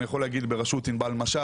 אני יכול להגיד בראשות ענבל ממש,